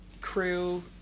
crew